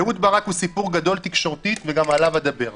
אהוד ברק הוא סיפור גדול תקשורתית וגם עליו אדבר.